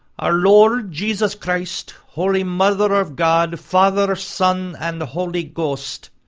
our lord jesus christ! holy mother of god! father, son, and holy ghost!